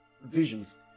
Visions